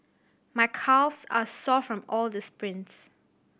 my calves are sore from all the sprints